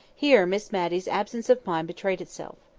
here miss matty's absence of mind betrayed itself.